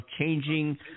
changing